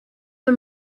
the